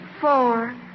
four